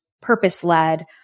purpose-led